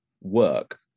work